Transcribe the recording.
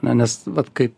ne nes vat kaip